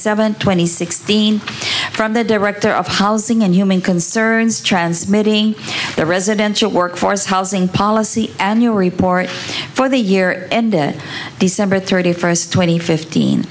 seventh twenty sixteen from the director of housing and human concerns transmitting the residential workforce housing policy annual report for the year end it december thirty first twenty fifteen